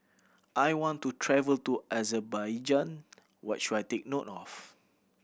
I want to travel to Azerbaijan what should I take note of